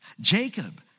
Jacob